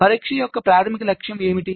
పరీక్ష యొక్క ప్రాథమిక లక్ష్యం ఏమిటి